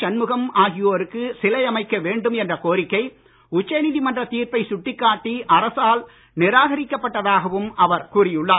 சண்முகம் ஆகியோருக்கு சிலை அமைக்க வேண்டும் என்ற கோரிக்கை உச்சநீதிமன்றத் தீர்ப்பை சுட்டிக்காட்டி அரசால் நிராகரிக்கப்பட்டதாகவும் அவர் கூறியுள்ளார்